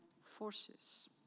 forces